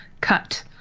cut